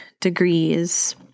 degrees